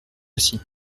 aussi